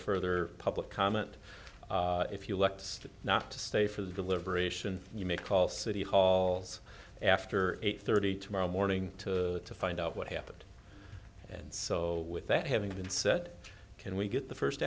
further public comment if you elect not to stay for the deliberations you may call city halls after eight thirty tomorrow morning to find out what happened and so with that having been said can we get the first